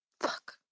Fuck